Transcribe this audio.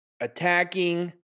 attacking